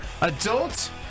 adult